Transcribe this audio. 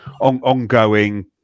ongoing